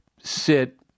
sit